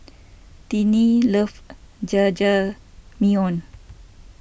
Tinnie love Jajangmyeon